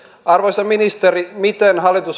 arvoisa ministeri miten hallitus